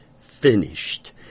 finished